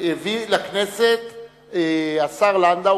הביא לכנסת השר לנדאו,